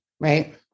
right